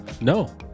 No